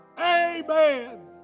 Amen